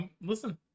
Listen